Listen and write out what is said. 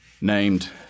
named